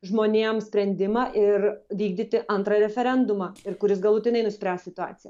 žmonėms sprendimą ir vykdyti antrą referendumą ir kuris galutinai nuspręs situaciją